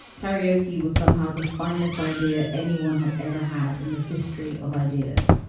karaoke was somehow the finest idea anyone had ever had in the history of ideas.